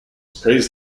praised